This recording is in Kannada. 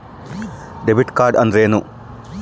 ಡೆಬಿಟ್ ಕಾರ್ಡ್ ಅಂದ್ರೇನು?